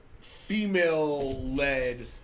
female-led